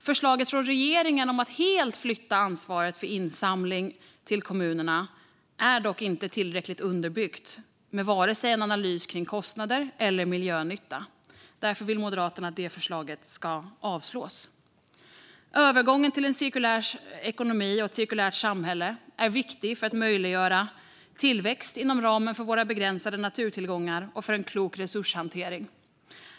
Förslaget från regeringen om att helt flytta ansvaret för insamling till kommunerna är dock inte tillräckligt underbyggt och saknar analys vad gäller både kostnader och miljönytta. Därför vill Moderaterna att förslaget ska avslås. Övergången till en cirkulär ekonomi och ett cirkulärt samhälle är viktig för att möjliggöra tillväxt inom ramen för begränsade naturtillgångar och för en klok resurshantering.